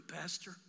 pastor